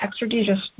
extrajudicial